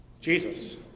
Jesus